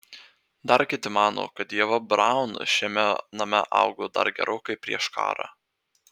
dar kiti mano kad ieva braun šiame name augo dar gerokai prieš karą